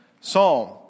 psalm